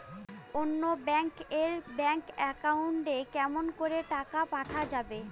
অন্য ব্যাংক এর bank account এ কেমন করে টাকা পাঠা যাবে?